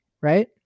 right